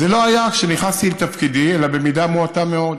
זה לא היה כשנכנסתי לתפקידי אלא במידה מועטה מאוד,